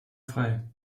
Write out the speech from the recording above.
frei